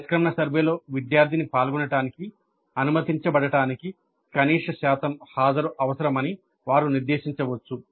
నిష్క్రమణ సర్వేలో విద్యార్థిని పాల్గొనడానికి అనుమతించబడటానికి కనీస శాతం హాజరు అవసరమని వారు నిర్దేశించవచ్చు